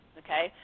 okay